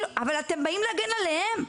אבל אתם באים להגן עליהם.